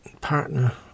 partner